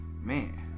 Man